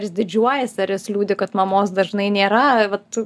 ar jis didžiuojasi ar jis liūdi kad mamos dažnai nėra vat